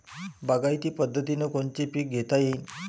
बागायती पद्धतीनं कोनचे पीक घेता येईन?